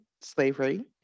slavery